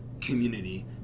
community